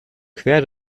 quer